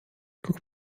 guck